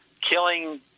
killing